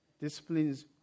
disciplines